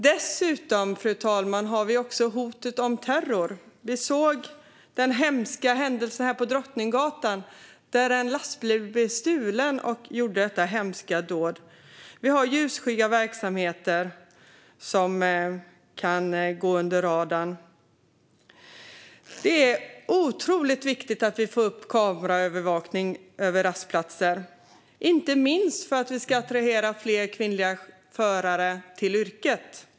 Dessutom, fru talman, har vi hotet om terror. Vi såg den hemska händelsen på Drottninggatan då en lastbil blev stulen och ett hemskt dåd kunde ske. Vi har ljusskygga verksamheter som kan gå under radarn. Det är otroligt viktigt att vi får upp kameraövervakning vid rastplatser, inte minst för att attrahera fler kvinnliga förare till yrket.